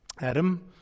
Adam